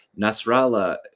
Nasrallah